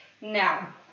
Now